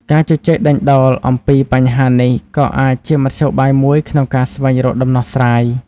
ការជជែកដេញដោលអំពីបញ្ហានេះក៏អាចជាមធ្យោបាយមួយក្នុងការស្វែងរកដំណោះស្រាយ។